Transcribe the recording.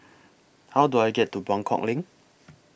How Do I get to Buangkok LINK